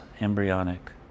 embryonic